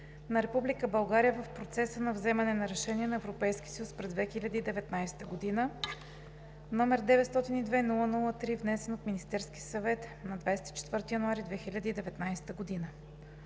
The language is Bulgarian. България в процеса на вземане на решения на Европейския съюз през 2019 г., № 902-00-3, внесена от Министерски съвет на 24 януари 2019 г.